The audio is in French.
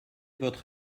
votre